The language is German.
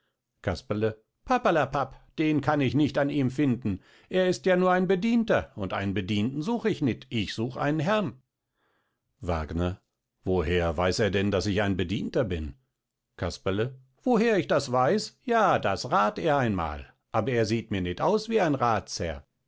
casperle paperlapap den kann ich nicht an ihm finden er ist ja nur ein bedienter und einen bedienten such ich nit ich such einen herrn wagner woher weiß er denn daß ich ein bedienter bin casperle woher ich das weiß ja das rath er einmal aber er sieht mir nit aus wie ein rathsherr